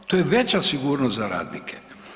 To je veća sigurnost za radnike.